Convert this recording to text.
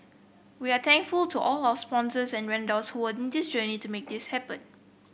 we are thankful to all our sponsors and vendors who were in this journey to make this happen